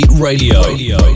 Radio